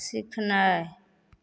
सीखनाइ